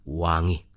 wangi